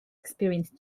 experience